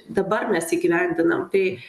dabar mes įgyvendinam tai